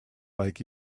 like